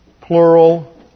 plural